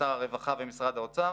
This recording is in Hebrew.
שר הרווחה ומשרד האוצר